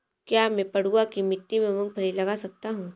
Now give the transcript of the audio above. क्या मैं पडुआ की मिट्टी में मूँगफली लगा सकता हूँ?